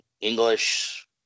English